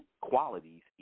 qualities